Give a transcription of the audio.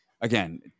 Again